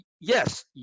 Yes